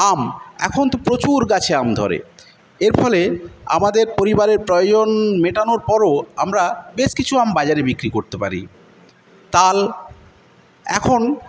আম এখন তো প্রচুর গাছে আম ধরে এর ফলে আমাদের পরিবারের প্রয়োজন মেটানোর পরও আমরা বেশ কিছু আম বাজারে বিক্রি করতে পারি তাল এখন